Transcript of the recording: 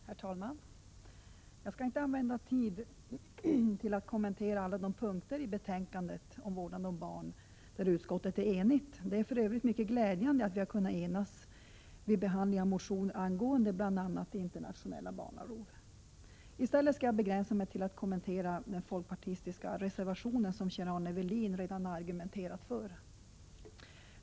Herr talman! Jag skall inte använda tid till att kommentera alla de punkter i betänkandet om vårdnad om barn där utskottet är enigt. Det är för övrigt mycket glädjande att vi kunnat enas vid behandling vid motioner angående bl.a. internationella barnarov. I stället skall jag begränsa mig till att kommentera den folkpartistiska reservationen som Kjell-Arne Welin redan argumenterat för.